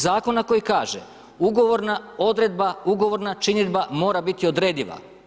Zakona koji kaže: ugovorna odredba, ugovorna činidba mora biti odrediva.